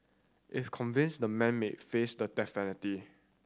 if convinced the man may face the death penalty